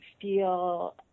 feel